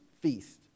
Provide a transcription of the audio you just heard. feast